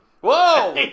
Whoa